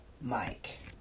Mike